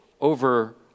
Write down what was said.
over